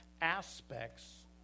aspects